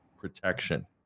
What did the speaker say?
protection